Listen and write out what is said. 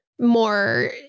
more